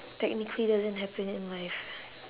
technically doesn't happen in life